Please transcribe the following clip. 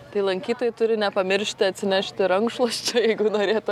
tai lankytojai turi nepamiršti atsinešti rankšluosčių jeigu norėtų